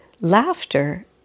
laughter